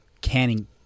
canning